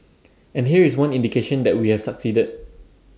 and here is one indication that we have succeeded